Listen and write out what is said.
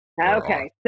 Okay